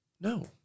No